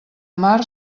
mar